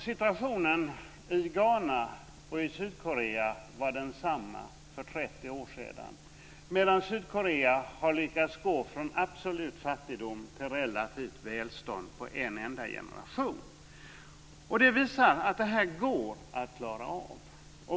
Situationen i Ghana och i Sydkorea var densamma för 30 år sedan. Sydkorea har lyckats gå från absolut fattigdom till relativt välstånd på en enda generation. Detta visar att det går att klara av.